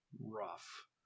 rough